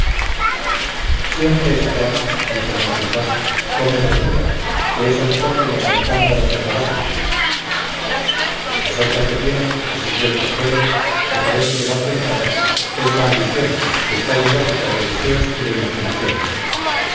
siempre esa dama dijo don cleofás come grosura que es halcón de las alcándaras de palacio esotra que viene prosiguió el cojuelo que parece que va preñada es la ambición que está hidrópica de deseos y de imaginaciones